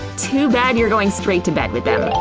too bad you're going straight to bed with them.